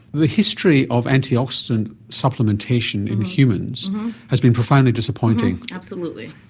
the history of antioxidant supplementation in humans has been profoundly disappointing. absolutely.